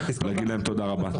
להגיד להם תודה רבה.